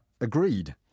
agreed